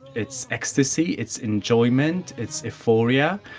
it's ecstasy, it's enjoyment, it's euphoria,